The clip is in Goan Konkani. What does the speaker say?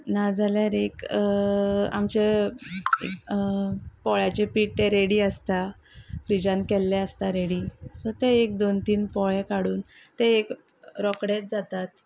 नाजाल्यार एक आमचे पोळ्याचे पीठ ते रेडी आसता फ्रिजान केल्ले आसता रेडी सो ते एक दोन तीन पोळे काडून ते एक रोकडेच जातात